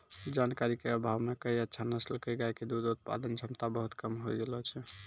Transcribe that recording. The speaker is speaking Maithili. जानकारी के अभाव मॅ कई अच्छा नस्ल के गाय के दूध उत्पादन क्षमता बहुत कम होय गेलो छै